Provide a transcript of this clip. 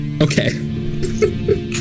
Okay